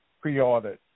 pre-ordered